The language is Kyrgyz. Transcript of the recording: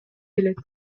келет